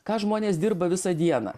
ką žmonės dirba visą dieną